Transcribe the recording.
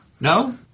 No